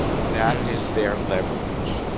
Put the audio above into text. that is their leverage.